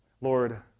Lord